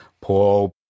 Paul